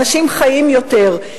אנשים חיים יותר,